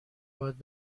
باید